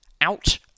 out